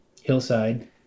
hillside